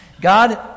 God